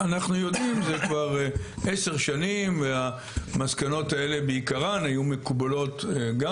אנחנו יודעים זה כבר עשר שנים והמסקנות האלה בעיקרן היו מקובלות גם